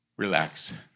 Relax